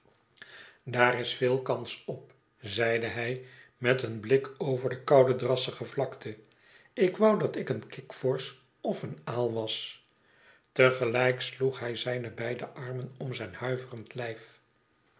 daar is veel kans op zeide hij met een blik over de koude drassige vlakte ik wou dat ik een kikvorsch of een aal was te gelijk sloeg hij zijne beide armen om zijn huiverend lijf